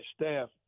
staff